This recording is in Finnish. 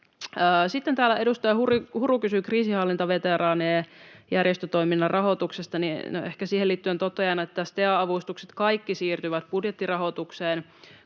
Sitten täällä edustaja Huru kysyi kriisinhallintaveteraanien järjestötoiminnan rahoituksesta. No, ehkä siihen liittyen totean, että kaikki STEA-avustukset siirtyvät budjettirahoitukseen